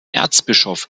erzbischof